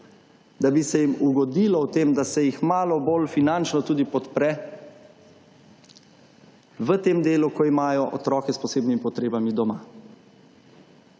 da bi se jim ugodilo v tem, da se jih malo bolj finančno tudi podpre v tem delu, ko imajo otroke s posebnimi potrebami doma.